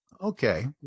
okay